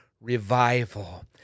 revival